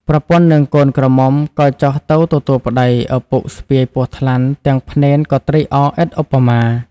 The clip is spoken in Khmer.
ប្រពន្ធនិងកូនក្រមុំក៏ចុះទៅទទួលប្ដី ឪពុកស្ពាយពស់ថ្លាន់ទាំងភ្នេនក៏ត្រេកអរឥតឧបមា។